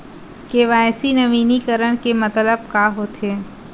KYC नवीनीकरण के मतलब का होथे?